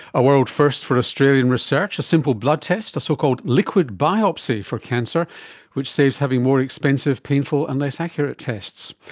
a world first for australian research a simple blood test, a so-called liquid biopsy for cancer which saves having more expensive, painful and less accurate tests.